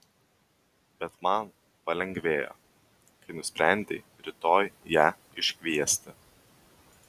bet man palengvėjo kai nusprendei rytoj ją iškviesti